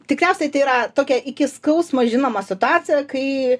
tikriausiai tai yra tokia iki skausmo žinoma situacija kai